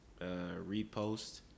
repost